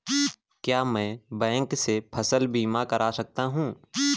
क्या मैं बैंक से फसल बीमा करा सकता हूँ?